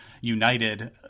united